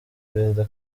perezida